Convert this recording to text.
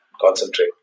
concentrate